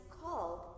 called